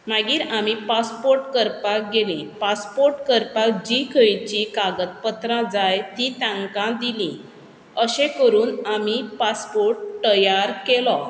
मागीर आमी पासपोर्ट करपाक गेलीं पासपोर्ट करपाक जी खंयची कागदपत्रां जाय तीं तांकां दिली अशें करून आमी पासपोर्ट तयार केलो